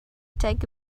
take